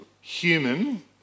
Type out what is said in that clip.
human